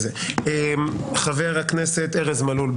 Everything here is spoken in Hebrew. חבר הכנסת ארז מלול,